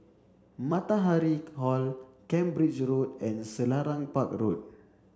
Matahari Hall Cambridge Road and Selarang Park Road